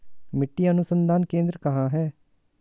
मिट्टी अनुसंधान केंद्र कहाँ है?